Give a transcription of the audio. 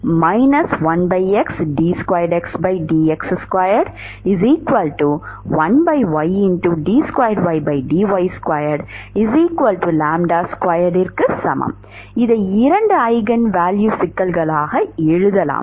சமம் இதை இரண்டு ஈஜென் வேல்யூ சிக்கல்களாக எழுதலாம்